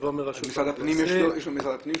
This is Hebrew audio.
יבוא מרשות האוכלוסין --- יש לו משרד הפנים,